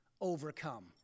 overcome